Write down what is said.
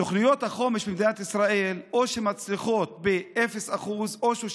תוכניות החומש במדינת ישראל מצליחות או ב-0%